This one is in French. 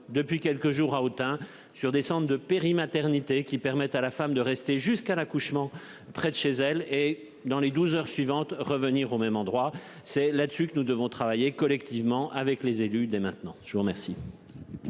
depuis quelques jours à Autun sur décembre de maternité qui permet à la femme de rester jusqu'à l'accouchement près de chez elle et dans les 12h suivantes revenir au même endroit, c'est là-dessus que nous devons travailler collectivement avec les élus dès maintenant je vous remercie.